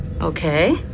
Okay